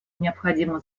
необходимо